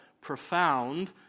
profound